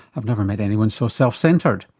i've never met anyone so self-centred'.